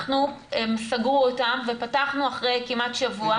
שסגרו אותם ופתחנו אחרי כמעט שבוע,